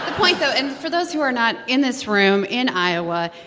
ah point, though and for those who are not in this room in iowa,